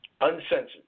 Uncensored